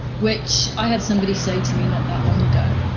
which i had somebody say to me not that long ago,